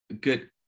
good